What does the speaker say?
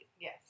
Yes